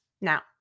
Now